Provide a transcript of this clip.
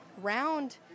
round